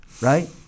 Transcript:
right